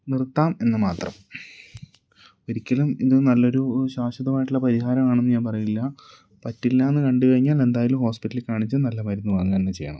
നിർത്താം എന്ന് മാത്രം ഒരിക്കലും ഇത് നല്ലൊരു ശ്വാശ്വതമായിട്ടുള്ള പരിഹാരാണെന്ന് ഞാൻ പറയില്ല പറ്റില്ലാന്ന് കണ്ട് കഴിഞ്ഞാൽ എന്തായാലും ഹോസ്പിറ്റലിൽ കാണിച്ച് നല്ല മരുന്ന് വാങ്ങുക തന്നെ ചെയ്യണം